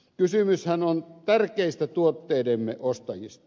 kysymyshän on tärkeistä tuotteidemme ostajista